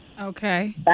Okay